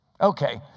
Okay